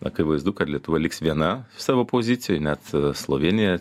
akivaizdu kad lietuva liks viena savo pozicijoj net slovėnija